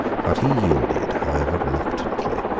but he yielded, however reluctantly,